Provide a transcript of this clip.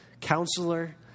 Counselor